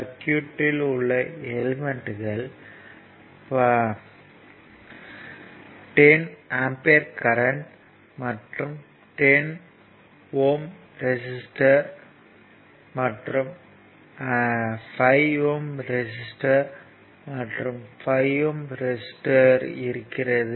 சர்க்யூட்யில் உள்ள எலிமெண்ட்கள் 10 ஆம்பியர் கரண்ட் மற்றும் 10 ஓம் ரெசிஸ்டர் மற்றும் 5 ஓம் ரெசிஸ்டர் மற்றும் 5 ஓம் ரெசிஸ்டர் இருக்கிறது